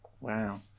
Wow